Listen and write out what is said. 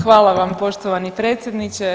Hvala vam poštovani predsjedniče.